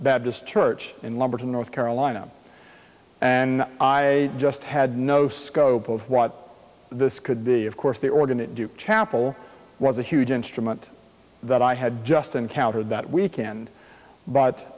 just church in lumberton north carolina and i just had no scope of what this could be of course the organ to chapel was a huge instrument that i had just encountered that weekend but